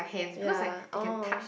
ya oh